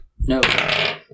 No